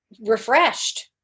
refreshed